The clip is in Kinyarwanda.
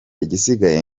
igisigaye